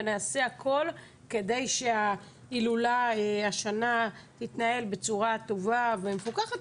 ונעשה הכול כדי שההילולה השנה תתנהל בצורה טובה ומפוקחת.